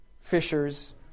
fishers